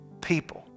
people